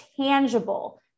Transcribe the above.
tangible